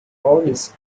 oldest